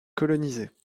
colonisée